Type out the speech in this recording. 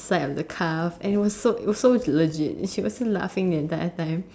inside the calve it was so legit she was laughing the entire time